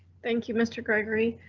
thank you mr. gregory.